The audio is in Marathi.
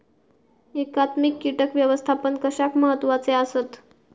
एकात्मिक कीटक व्यवस्थापन कशाक महत्वाचे आसत?